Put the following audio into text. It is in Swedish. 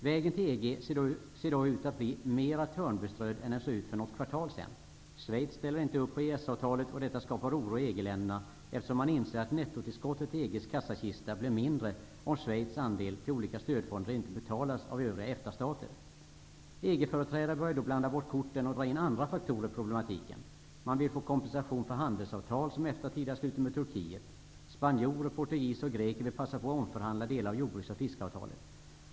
Vägen till EG ser i dag ut att bli mera törnbeströdd än den verkade bli för något kvartal sedan. Schweiz ställer inte upp på EES-avtalet. Detta skapar oro i EG-länderna, eftersom man inser att nettotillskottet till EG:s kassakista blir mindre om Schweiz andel till olika stödfonder inte betalas av övriga EFTA-stater. EG-företrädare börjar då blanda bort korten och drar in andra faktorer i problematiken. Man vill få kompensation för handelsavtal som EFTA tidigare slutit med Turkiet. Spanjorer, portugiser och greker vill passa på att omförhandla delar av jordbruks och fiskeavtalet.